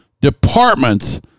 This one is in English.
departments